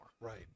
Right